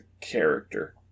character